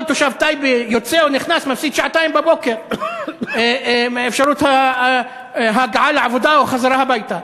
כל תושב טייבה שיוצא או נכנס מפסיד שעתיים בבוקר באפשרות הגעה לעבודה או